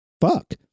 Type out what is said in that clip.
fuck